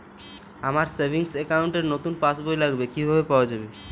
আমার savings account র নতুন পাসবই লাগবে, কিভাবে পাওয়া যাবে?